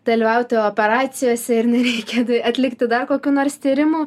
dalyvauti operacijose ir nereikia atlikti dar kokių nors tyrimų